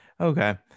okay